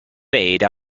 made